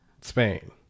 Spain